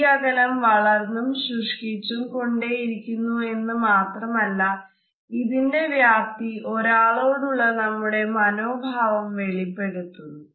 ഈ അകലം വളർന്നും ശുഷ്കിച്ചും കൊണ്ടേ ഇരിക്കുന്നു മാത്രമല്ല ഇതിന്റെ വ്യാപ്തി ഒരാളോടുള്ള നമ്മുടെ മനോഭാവം വെളിപ്പെടുത്തുന്നു